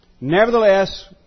Nevertheless